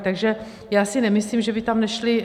Takže já si nemyslím, že by tam nešly...